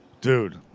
Dude